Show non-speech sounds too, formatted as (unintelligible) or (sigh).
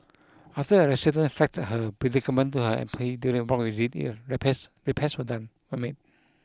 after a resident flagged her predicament to her M P during a block (unintelligible) repairs repairs were done were made